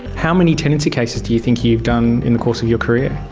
how many tenancy cases do you think you've done in the course of your career?